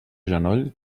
genoll